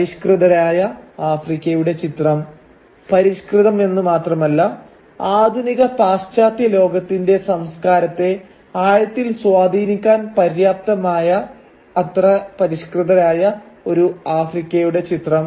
പരിഷ്കൃതരായ ആഫ്രിക്കയുടെ ചിത്രം പരിഷ്കൃതം എന്ന് മാത്രമല്ല ആധുനിക പാശ്ചാത്യ ലോകത്തിന്റെ സംസ്കാരത്തെ ആഴത്തിൽ സ്വാധീനിക്കാൻ പര്യാപ്തമായത്ര പരിഷ്കൃതരായ ഒരു ആഫ്രിക്കയുടെ ചിത്രം